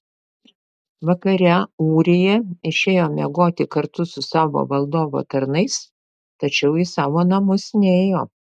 vakare ūrija išėjo miegoti kartu su savo valdovo tarnais tačiau į savo namus nėjo